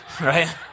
right